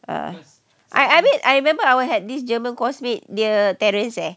uh I I mean I remember I had this german coursemate near terrace eh